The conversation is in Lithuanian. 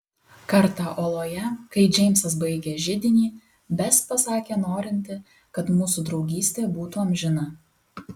kartą oloje kai džeimsas baigė židinį bes pasakė norinti kad mūsų draugystė būtų amžina